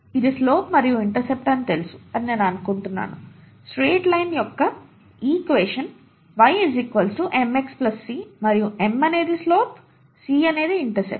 ఇది స్లోప్ మరియు ఇంటర్సెప్ట్ తెలుసు అని నేను అనుకుంటున్నాను స్ట్రెయిట్ లైన్ యొక్క ఈక్వేషన్ y mx c మరియు m అనేది స్లోప్ c అనేది ఇంటర్సెప్ట్